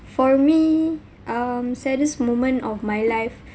for me um saddest moment of my life